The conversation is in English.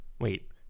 Wait